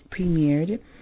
premiered